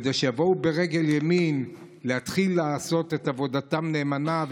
כדי שיבואו ברגל ימין להתחיל לעשות את עבודתם נאמנה,